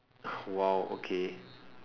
!wow! okay